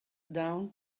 down